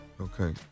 Okay